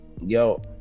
Yo